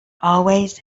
always